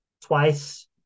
twice